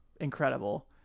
incredible